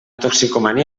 toxicomania